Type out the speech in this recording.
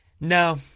No